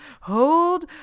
hold